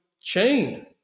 chained